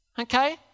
okay